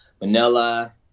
Manila